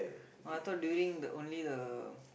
no I thought during the only the